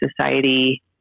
society